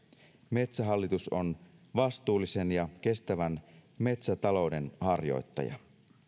metsähallitus on vastuullisen ja kestävän metsätalouden harjoittaja